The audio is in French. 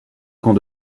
camp